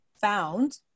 found